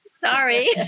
Sorry